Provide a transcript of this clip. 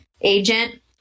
agent